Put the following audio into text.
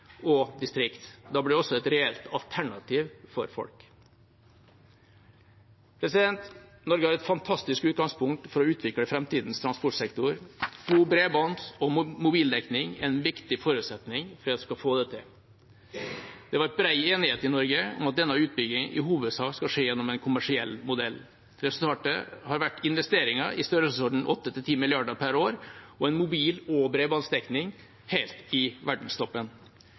og distrikt. Da blir det også et reelt alternativ for folk. Norge har et fantastisk utgangspunkt for å utvikle framtidens transportsektor. God bredbånds- og mobildekning er en viktig forutsetning for at vi skal få det til. Det har vært bred enighet i Norge om at denne utbyggingen i hovedsak skal skje gjennom en kommersiell modell. Resultatet har vært investeringer i størrelsesorden 8–10 mrd. kr per år og en mobil- og bredbåndsdekning helt i verdenstoppen.